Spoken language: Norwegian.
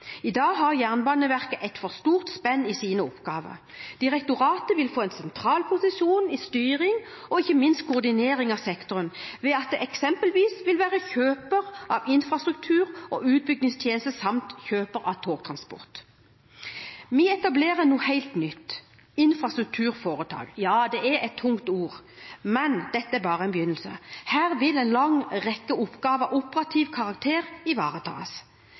I dag har Jernbaneverket et for stort spenn i sine oppgaver. Direktoratet vil få en sentral posisjon i styring og ikke minst i koordinering av sektoren, ved at det eksempelvis vil være kjøper av infrastruktur og utbyggingstjenester samt kjøper av togtransport. Vi etablerer noe helt nytt – et infrastrukturforetak. Ja, det er et tungt ord, men dette er bare en begynnelse. Her vil en lang rekke oppgaver av operativ karakter ivaretas.